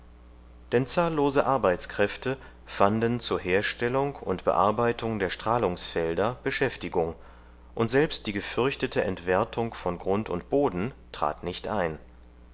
denn zahllose arbeitskräfte fanden zur herstellung und bearbeitung der strahlungsfelder beschäftigung und selbst die gefürchtete entwertung von grund und boden trat nicht ein